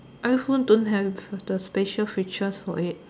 iPhone don't have the special features for it